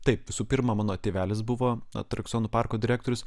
taip visų pirma mano tėvelis buvo atrakcionų parko direktorius